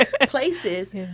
places